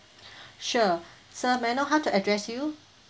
sure sir may I know how to address you